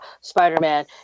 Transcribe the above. Spider-Man